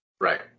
Right